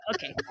Okay